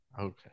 Okay